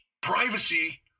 Privacy